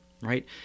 right